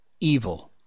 Evil